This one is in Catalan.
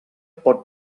pot